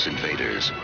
Invaders